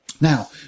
Now